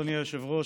אדוני היושב-ראש,